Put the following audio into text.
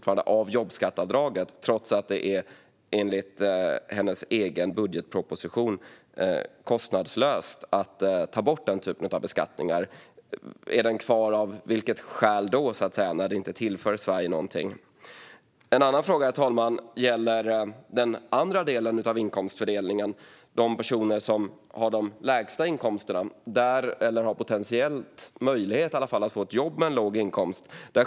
Av vilket skäl är den kvar när det inte tillför Sverige någonting? En annan fråga, herr talman, gäller den andra delen av inkomstfördelningen, nämligen de personer som har de lägsta inkomsterna eller som potentiellt har möjlighet att få ett jobb med en låg inkomst.